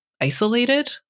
isolated